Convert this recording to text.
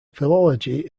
philology